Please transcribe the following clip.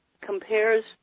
compares